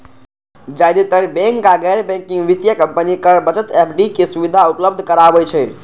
जादेतर बैंक आ गैर बैंकिंग वित्तीय कंपनी कर बचत एफ.डी के सुविधा उपलब्ध कराबै छै